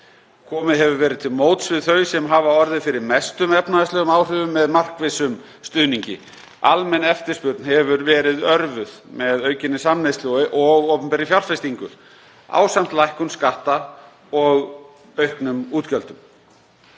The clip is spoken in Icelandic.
Komið hefur verið til móts við þau sem hafa orðið fyrir mestum efnahagslegum áhrifum með markvissum stuðningi. Almenn eftirspurn hefur verið örvuð með aukinni samneyslu og opinberri fjárfestingu ásamt lækkun skatta og auknum útgjöldum.